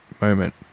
moment